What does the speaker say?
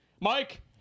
Mike